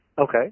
Okay